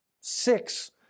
Six